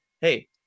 Hey